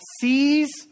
sees